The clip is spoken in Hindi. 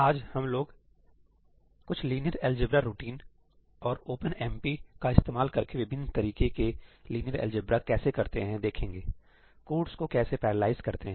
आज हम लोग कुछ लिनियर अलजेब्रा रूटीन और ओपनएमपी का इस्तेमाल करके विभिन्न तरीके के लिनियर अलजेब्रा कैसे करते हैं देखेंगे कोड्स को कैसे पैरालाइज करते हैं